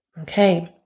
okay